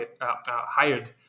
hired